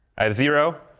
i have zero.